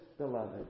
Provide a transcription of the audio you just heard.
beloved